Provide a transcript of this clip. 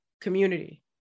community